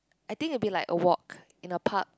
I think it will be like a walk in a park